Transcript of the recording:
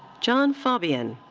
john faubion.